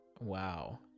Wow